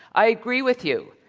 i agree with you.